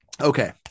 Okay